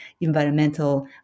environmental